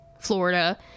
florida